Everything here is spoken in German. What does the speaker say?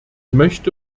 möchte